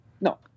No